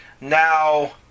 Now